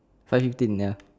five fifteen ya